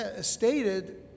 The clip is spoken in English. stated